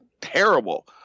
terrible